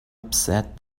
upset